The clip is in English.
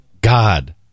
God